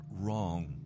wrong